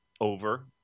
Over